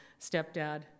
stepdad